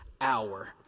hour